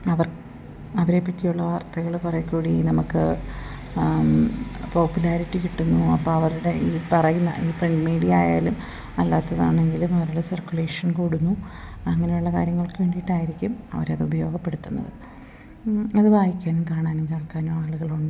അവർ അവരെ പറ്റിയുള്ള വാർത്തകൾ കുറേക്കൂടി നമുക്ക് പോപ്പുലാരിറ്റി കിട്ടുന്നു അപ്പ അവരുടെ ഈ പറയുന്ന ഈ പ്രിൻ്റ് മീഡിയ ആയാലും അല്ലാത്തതാണെങ്കിലും അവരുടെ സെർക്കുലേഷൻ കൂടുന്നു അങ്ങനെയുള്ള കാര്യങ്ങൾക്ക് വേണ്ടിയിട്ടായിരിക്കും അവർ അത് ഉപയോഗപ്പെടുത്തുന്നത് അത് വായിക്കാനും കാണാനും കേൾക്കാനും ആളുകളുണ്ട്